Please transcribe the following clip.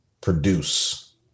produce